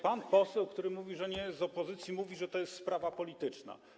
Pan poseł, który mówi, że nie jest z opozycji, mówi, że to jest sprawa polityczna.